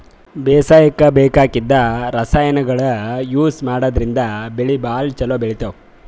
ಬೇಸಾಯಕ್ಕ ಬೇಕಾಗಿದ್ದ್ ರಾಸಾಯನಿಕ್ಗೊಳ್ ಯೂಸ್ ಮಾಡದ್ರಿನ್ದ್ ಬೆಳಿ ಭಾಳ್ ಛಲೋ ಬೆಳಿತಾವ್